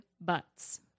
butts